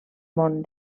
món